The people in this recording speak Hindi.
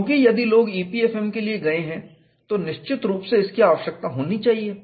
क्योंकि यदि लोग EPFM के लिए गए हैं तो निश्चित रूप से इसकी आवश्यकता होनी चाहिए